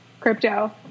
crypto